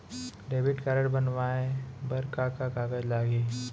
Debit card बनवाये बर का का कागज लागही?